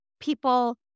people